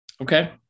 okay